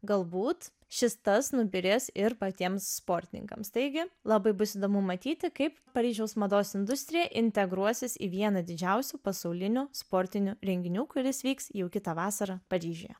galbūt šis tas nubyrės ir patiems sportininkams taigi labai bus įdomu matyti kaip paryžiaus mados industrija integruosis į vieną didžiausių pasaulinių sportinių renginių kuris vyks jau kitą vasarą paryžiuje